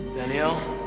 danielle,